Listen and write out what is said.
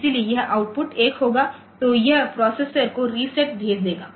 इसलिए यह आउटपुट 1 है तो यह प्रोसेसर को रीसेट भेज देगा